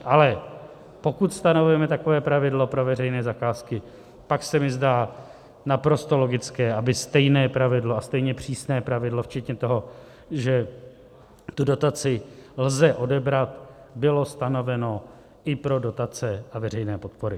Ale pokud stanovujeme takové pravidlo pro veřejné zakázky, pak se mi zdá naprosto logické, aby stejné pravidlo a stejně přísné pravidlo, včetně toho, že tu dotaci lze odebrat, bylo stanoveno i pro dotace a veřejné podpory.